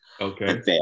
Okay